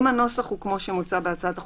אם הנוסח הוא כפי שמוצע בהצעת החוק,